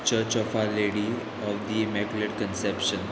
church of our lady of the emasculate conception